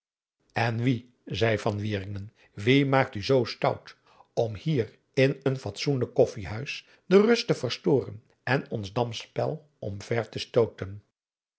en wie zeî van wieringen wie maakt u zoo stout om hier in een fatsoenlijk koffijhuis de rust te verstoren en ons damspel om ver te stooten